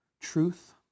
truth